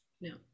No